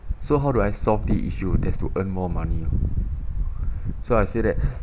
so how do I solve the issue just to earn more money loh so I say that